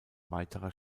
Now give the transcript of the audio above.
weiterer